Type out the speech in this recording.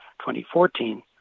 2014